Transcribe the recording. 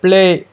play